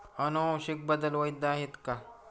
अनुवांशिक बदल वैध आहेत का?